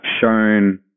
shown